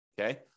Okay